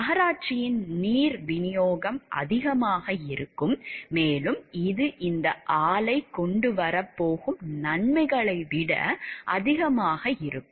நகராட்சியின் நீர் விநியோகம் அதிகமாக இருக்கும் மேலும் இது இந்த ஆலை கொண்டு வரப் போகும் நன்மைகளை விட அதிகமாக இருக்கும்